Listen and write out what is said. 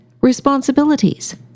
responsibilities